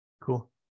cool